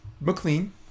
McLean